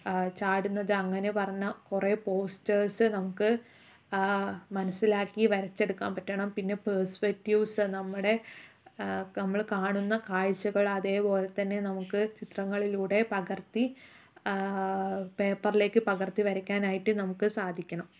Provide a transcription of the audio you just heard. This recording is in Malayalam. ചാടുന്നത് അങ്ങനെ പറഞ്ഞ കുറെ പോസ്റ്റേഴ്സ് നമുക്ക് മനസിലാക്കി വരച്ചെടുക്കാൻ പറ്റണം പിന്നെ പെർസ്പെക്റ്റീവ്സ് നമ്മുടെ നമ്മൾ കാണുന്ന കാഴ്ചകൾ അതേപോലെ തന്നെ നമുക്ക് ചിത്രങ്ങളിലൂടെ പകർത്തി പേപ്പറിലേക്ക് പകർത്തി വരയ്ക്കാനായിട്ട് നമുക്ക് സാധിക്കണം